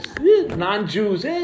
non-Jews